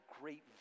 great